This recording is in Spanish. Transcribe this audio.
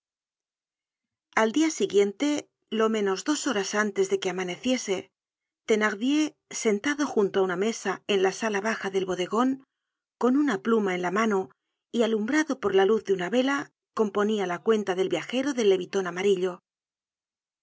al dia siguiente lo menos dos horas antes de que amaneciese thenardier sentado junto á una mesa en la sala baja del bodegon con una pluma en la mano y alumbrado por la luz de una vela componía la cuenta del viajero del leviton amarillo